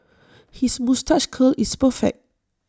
his moustache curl is perfect